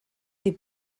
des